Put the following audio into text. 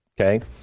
okay